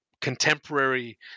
contemporary